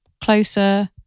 Closer